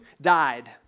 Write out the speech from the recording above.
died